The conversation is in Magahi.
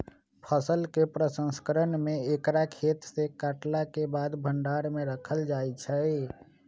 फसल के प्रसंस्करण में एकरा खेतसे काटलाके बाद भण्डार में राखल जाइ छइ